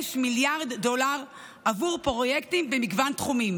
מיליארד דולר עבור פרויקטים במגוון תחומים.